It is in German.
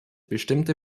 bestimmte